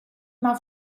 мав